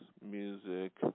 music